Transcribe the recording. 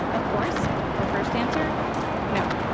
of course, their first answer no,